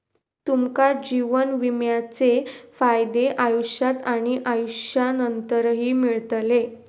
तुमका जीवन विम्याचे फायदे आयुष्यात आणि आयुष्यानंतरही मिळतले